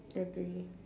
agree